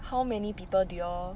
how many people do you all